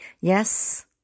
Yes